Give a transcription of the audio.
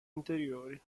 anteriori